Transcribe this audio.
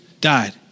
died